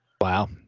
Wow